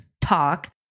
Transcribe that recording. talk